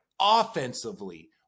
offensively